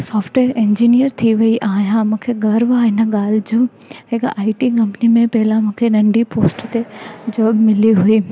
software engineer थी वेई आहियां मूंखे घर गर्व आहे हिन ॻाल्हि जो हिकु आई टी कंपनी में पहिला मूंखे नंढी पोस्ट ते जॉब मिली हुई